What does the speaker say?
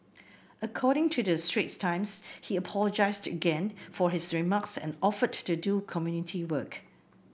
according to the Straits Times he apologised again for his remarks and offered to do community work